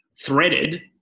threaded